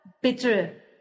bitter